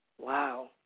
wow